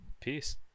Peace